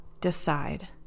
decide